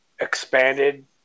expanded